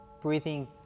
breathing